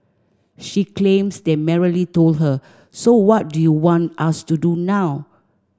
she claims they merely told her So what do you want us to do now